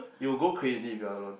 you will go crazy if you are alone